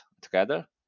together